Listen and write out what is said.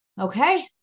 Okay